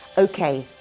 ok,